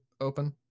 open